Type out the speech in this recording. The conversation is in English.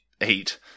Eight